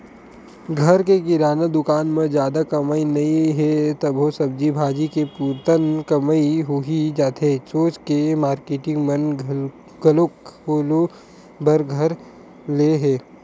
घर के किराना दुकान म जादा कमई नइ हे तभो सब्जी भाजी के पुरतन कमई होही जाथे सोच के मारकेटिंग मन घलोक खोले बर धर ले हे